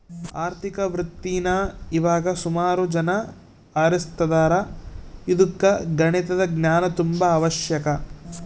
ಆರ್ಥಿಕ ವೃತ್ತೀನಾ ಇವಾಗ ಸುಮಾರು ಜನ ಆರಿಸ್ತದಾರ ಇದುಕ್ಕ ಗಣಿತದ ಜ್ಞಾನ ತುಂಬಾ ಅವಶ್ಯಕ